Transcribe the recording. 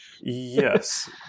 Yes